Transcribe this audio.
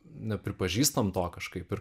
nepripažįsta to kažkaip ir